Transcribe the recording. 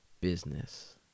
business